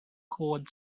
chord